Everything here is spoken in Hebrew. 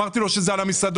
אמרתי לו שזה על המסעדות,